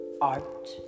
art